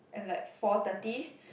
at like four thirty